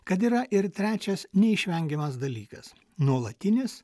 kad yra ir trečias neišvengiamas dalykas nuolatinis